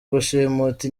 gushimuta